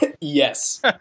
Yes